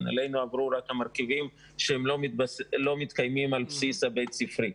אלינו עברו רק המרכיבים שלא מתקיימים על הבסיס הבית ספרי,